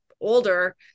older